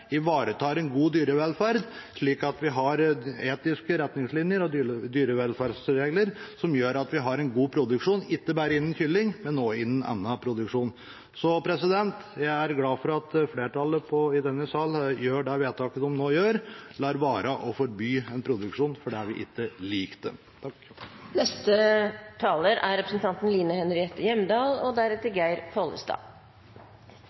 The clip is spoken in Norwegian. en god dyrevelferd, slik at vi har etiske retningslinjer og dyrevelferdsregler som gjør at vi har en god dyreproduksjon, ikke bare innenfor kyllingproduksjon, men også innenfor annen dyreproduksjon. Jeg er glad for at flertallet i denne salen fatter det vedtaket vi nå gjør – lar være å forby en produksjon fordi vi ikke liker